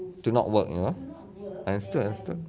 to not work ah understood understood